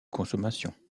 consommation